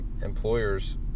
employers